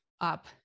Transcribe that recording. up